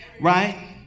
right